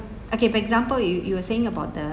okay for example you you were saying about the